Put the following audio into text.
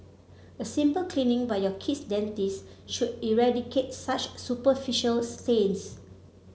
a simple cleaning by your kid's dentist should eradicate such superficial stains